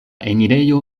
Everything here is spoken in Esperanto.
enirejo